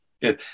yes